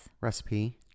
recipe